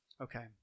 okay